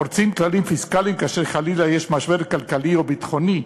פורצים כללים פיסקליים כאשר חלילה יש משבר כלכלי או ביטחוני,